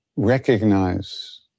Recognize